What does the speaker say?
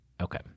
Okay